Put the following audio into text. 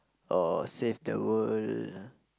or Save the World